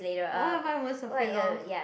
what am I most afraid of